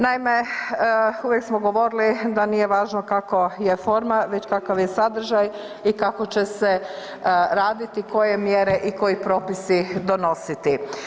Naime, uvijek smo govorili da nije važno kako je forma već kakav je sadržaj i kako će se raditi, koje mjere i koji propisi donositi.